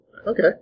Okay